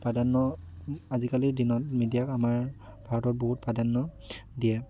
প্ৰাধান্য আজিকালিৰ দিনত মিডিয়াক আমাৰ ভাৰতত বহুত প্ৰাধান্য দিয়ে